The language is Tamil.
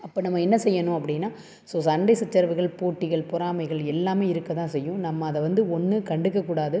அப்போ நம்ம என்ன செய்யணும் அப்படின்னா ஸோ சண்டைச் சச்சரவுகள் போட்டிகள் பொறாமைகள் எல்லாமே இருக்க தான் செய்யும் நம்ம அதை வந்து ஒன்று கண்டுக்கக் கூடாது